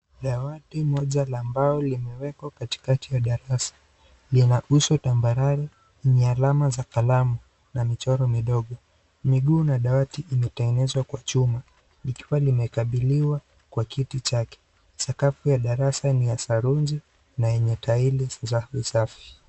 Dawati moja la mbao limewekwa katikati ya darasa. Inahusu tambarare yenye alama za kalamu na michoro midogo. Miguu na dawati imetengenezwa kwa chuma likiwa limekabiliwa kwa kiti chake. Sakafu ya darasa ni ya saruji na yenye taili za safi.